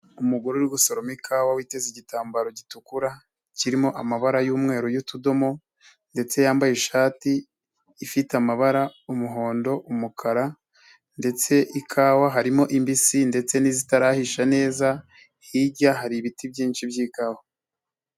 Umugore uri gusoroma ikawa witeze igitambaro gitukura, kirimo amabara y'umweru y'utudomo ndetse yambaye ishati ifite amabara, umuhondo, umukara ndetse ikawa harimo imbisi ndetse n'izitarahisha neza, hirya hari ibiti byinshi by'ikawa.